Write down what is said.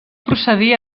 procedir